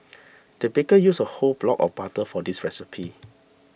the baker used a whole block of butter for this recipe